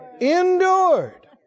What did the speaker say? endured